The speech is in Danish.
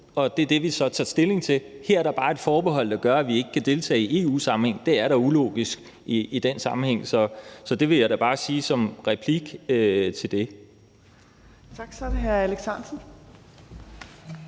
Det er det, vi så tager stilling til. Her er der bare et forbehold, der gør, at vi ikke kan deltage i EU-sammenhæng, og det er da ulogisk i den sammenhæng. Så det vil jeg da bare sige som en replik til det. Kl. 15:10 Tredje